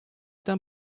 then